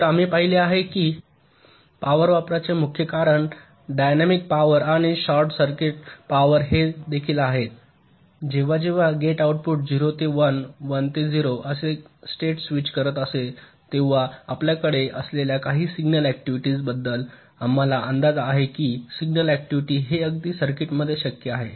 तर आम्ही पाहिले आहे की पॉवर वापराचे मुख्य कारण डायनॅमिक पॉवरआणि शॉर्ट सर्किट पॉवर हे देखील आहे जेव्हा जेव्हा गेट आउटपुट 0 ते 1 1 ते 0 असे स्टेट स्विच करत असते तेव्हा आपल्याकडे असलेल्या काही सिग्नल ऍक्टिव्हिटी बद्दल आम्हाला अंदाज आहे की सिग्नल ऍक्टिव्हिटी हे अगदी सर्किटमध्ये शक्य आहे